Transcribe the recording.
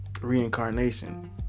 reincarnation